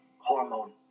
hormone